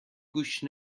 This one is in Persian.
گوش